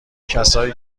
کسایی